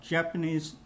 Japanese